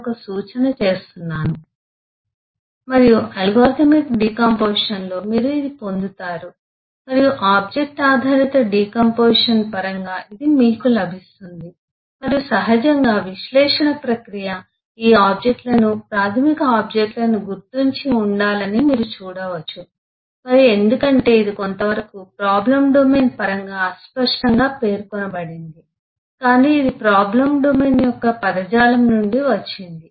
సమయం 2545 స్లయిడ్ చూడండి మరియు అల్గోరిథమిక్ డికాంపొజిషన్ లో మీరు ఇది పొందుతారు మరియు ఆబ్జెక్ట్ ఆధారిత డికాంపొజిషన్ పరంగా ఇది మీకు లభిస్తుంది మరియు సహజంగా విశ్లేషణ ప్రక్రియ ఈ ఆబ్జెక్ట్లను ప్రాథమిక ఆబ్జెక్ట్లను గుర్తించి ఉండాలని మీరు చూడవచ్చు మరియు ఎందుకంటే ఇది కొంతవరకు ప్రాబ్లం డొమైన్ పరంగా అస్పష్టంగా పేర్కొనబడింది కానీ ఇది ప్రాబ్లం డొమైన్ యొక్క పదజాలం నుండి వచ్చింది